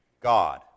God